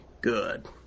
good